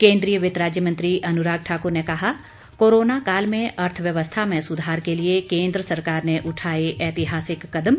केंद्रीय वित्त राज्य मंत्री अनुराग ठाक्र ने कहा कोरोना काल में अर्थव्यवस्था में सुधार के लिए केंद्र सरकार ने उठाए ऐतिहासिक कदम